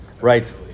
Right